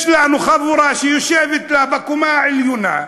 יש לנו חבורה שיושבת לה בקומה העליונה,